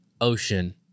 ocean